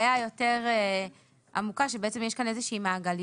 יותר עמוקה, שבעצם יש כאן איזה שהיא מעגליות.